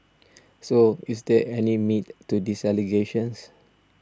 so is there any meat to these allegations